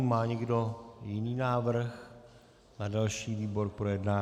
Má někdo jiný návrh na další výbor k projednání?